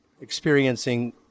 experiencing